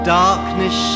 darkness